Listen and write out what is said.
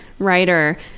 writer